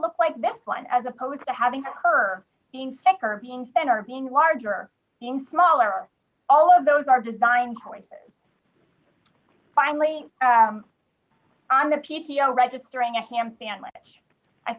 look like this one as opposed to having her being sick or being center being larger being smaller all of those are designed for is finally on the p c a registering a ham sandwich i